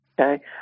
Okay